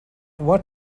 what